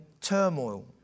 turmoil